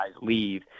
leave